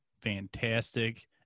fantastic